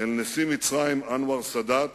נשיא מצרים אנואר סאדאת